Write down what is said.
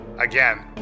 again